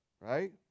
right